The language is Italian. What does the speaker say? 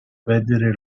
perdere